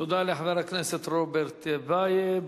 תודה לחבר הכנסת רוברט טיבייב.